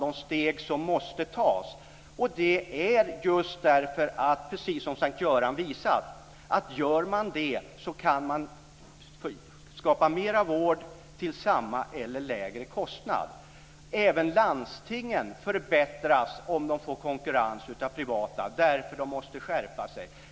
Det är steg som måste tas. Gör man det kan man nämligen, precis som S:t Göran visar, skapa mera vård till samma eller lägre kostnad. Även landstingen förbättras om de får konkurrens från den privata sidan, eftersom de då måste skärpa sig.